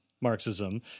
Marxism